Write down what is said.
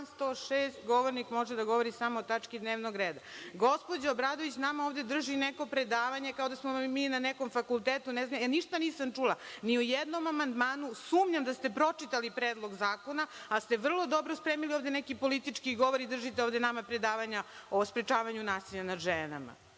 106. govornik može da govori samo o tački dnevnog reda. Gospođa Obradović nama ovde drži neko predavanje kao da smo mi na nekom fakultetu. Ja ništa nisam čula ni o jednom amandmanu. Sumnjam da ste pročitali Predlog zakona, ali ste vrlo dobro ovde spremili neki politički govor i držite nama predavanja o sprečavanju nasilja nad ženama.